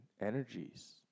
energies